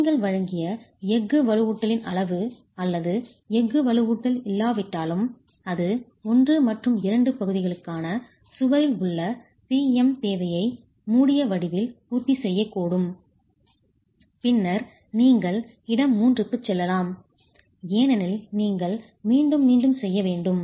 நீங்கள் வழங்கிய எஃகு வலுவூட்டலின் அளவு அல்லது எஃகு வலுவூட்டல் இல்லாவிட்டாலும் அது 1 மற்றும் 2 பகுதிகளுக்கான சுவரில் உள்ள P M தேவையை மூடிய வடிவில் பூர்த்தி செய்யக்கூடும் பின்னர் நீங்கள் இடம் 3 க்குச் செல்லலாம் ஏனெனில் நீங்கள் மீண்டும் மீண்டும் செய்ய வேண்டும்